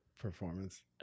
performance